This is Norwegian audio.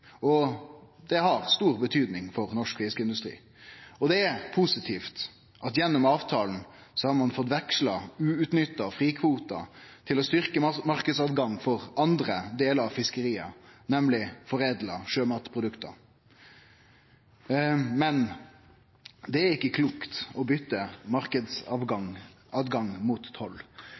EØS-finansieringsordninga. Det har stor betyding for norsk fiskeindustri, og det er positivt at ein gjennom avtalen har fått veksla uutnytta frikvotar til å styrkje marknadstilgangen for andre delar av fiskeria, nemleg foredla sjømatprodukt. Men det er ikkje klokt å byte marknadstilgang mot toll.